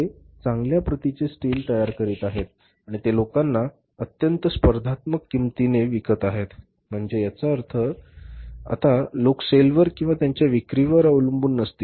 ते चांगल्या प्रतीचे स्टील तयार करीत आहेत आणि ते लोकांना अत्यंत स्पर्धात्मक किंमतीने विकत आहेत म्हणजे याचा अर्थ आता लोक सेलवर किंवा त्यांच्या विक्रीवर अवलंबून नसतील